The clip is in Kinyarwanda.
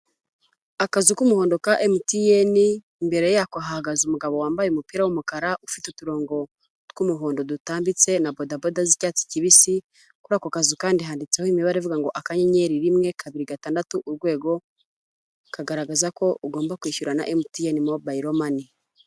Akazu k'umuhondo ka emutiyene, imbere yako ahagaze umugabo wambaye umupira w'umukara ufite uturongo tw'umuhondo dutambitse na bodaboda z'icyatsi kibisi. Kuri ako kazu kandi handitseho imibare ivuga ngo akanyenyeri rimwe kabiri gatandatu urwego, kagaragaza ko ugomba kwishyurana na emutiyeni mobayilo mane.